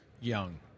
young